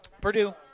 Purdue